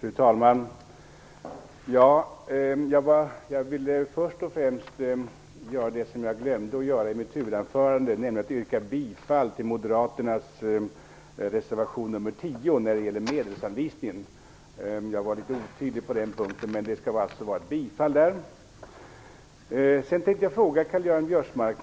Fru talman! Jag vill först och främst göra det som jag glömde att göra i mitt huvudanförande, nämligen att yrka bifall till Moderaternas reservation 10 när det gäller medelsanvisningen. Jag var otydlig på den punkten. Biörsmark,